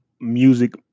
music